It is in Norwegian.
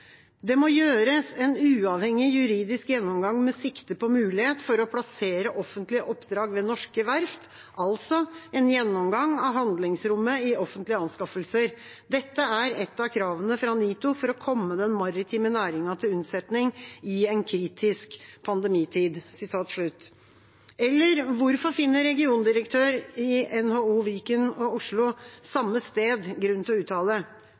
må gjøres en uavhengig juridisk gjennomgang med sikte på mulighet for å plassere offentlige oppdrag ved norske verft, altså en gjennomgang av handlingsrommet i offentlige anskaffelser. Dette er ett av kravene fra NITO for å komme den maritime næringen til unnsetning i en kritisk pandemi-tid.» Eller hvorfor finner regiondirektør for NHO Viken Oslo samme sted grunn til å uttale